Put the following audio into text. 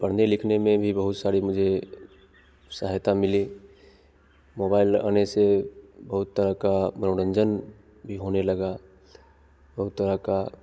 पढ़ने लिखने में भी बहुत सारी मुझे सहायता मिली मोबाइल आने से बहुत तरह का मनोरंजन भी होने लगा बहुत तरह का